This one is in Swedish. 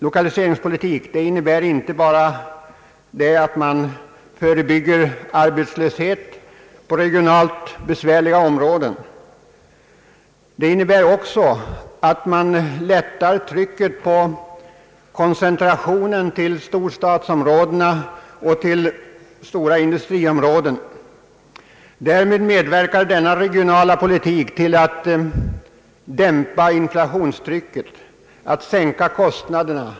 Lokaliseringspolitik innebär inte bara att förebygga arbetslöshet på regionalt besvärliga områden, utan det innebär också att man lättar trycket på koncentrationen till storstadsområdena och till stora industriområden. Därmed medverkar denna regionala politik till att dämpa inflationstrycket och att sänka kostnaderna.